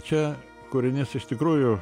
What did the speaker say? čia kūrinys iš tikrųjų